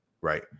Right